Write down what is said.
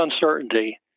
uncertainty